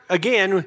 again